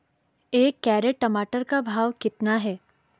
एक कैरेट टमाटर का भाव कितना है?